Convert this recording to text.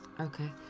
Okay